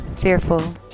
fearful